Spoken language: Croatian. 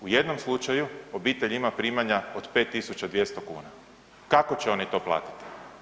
U jednom slučaju obitelj ima primanja od 5.200 kuna kako će oni to platiti?